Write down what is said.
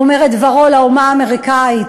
או אומר את דברו לאומה האמריקנית.